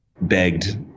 begged